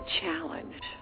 challenge